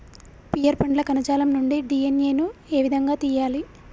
Pear పండ్ల కణజాలం నుండి డి.ఎన్.ఎ ను ఏ విధంగా తియ్యాలి?